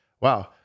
wow